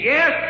Yes